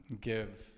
give